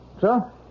Sir